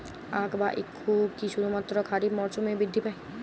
আখ বা ইক্ষু কি শুধুমাত্র খারিফ মরসুমেই বৃদ্ধি পায়?